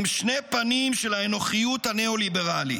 הם שני פנים של האנוכיות הניאו-ליברלית,